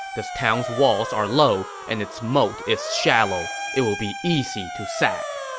this town's walls are low and its moat is shallow. it will be easy to sack.